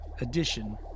edition